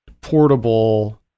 portable